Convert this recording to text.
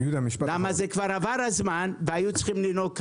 כי כבר עבר הזמן והיו צריכים לנהוג כך.